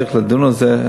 צריכה לדון על זה,